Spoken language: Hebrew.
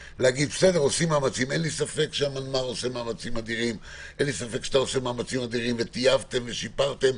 אין לי ספק שהמנמ"ר עושה מאמצים אדירים וטייבתם ושיפרתם.